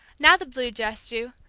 now the blue dress, ju.